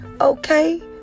Okay